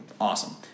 awesome